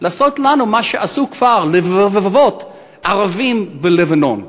מה שעשו כבר לרבבות ערבים בלבנון.